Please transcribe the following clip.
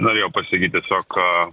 norėjau pasakyt tiesiog